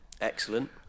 Excellent